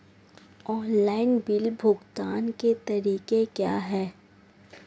Online bill भुगतान के तरीके क्या हैं?